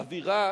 אווירה